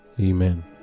Amen